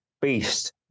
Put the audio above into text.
beast